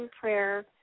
prayer